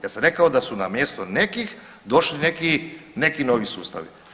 Ja sam rekao da su na mjesto nekih došli neki novi sustavi.